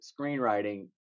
screenwriting